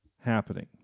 happening